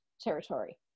territory